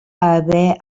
haver